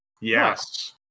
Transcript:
Yes